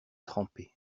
trempé